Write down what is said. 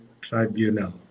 Tribunal